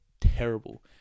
terrible